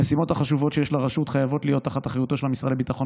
המשימות החשובות שיש לרשות חייבות להיות תחת אחריותו של המשרד לביטחון